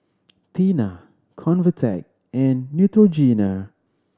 Tena Convatec and Neutrogena